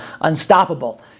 unstoppable